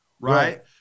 right